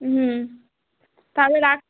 হুম তাহলে রাখছি